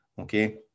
okay